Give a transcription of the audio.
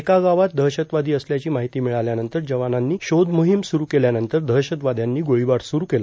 एका गावात दहशतवादी असल्याची माहिती मिळाल्यानंतर जवानांनी शोधमोहिम सुरू केल्यानंतर दहशतवाद्यांनी गोळीबार सुरू केला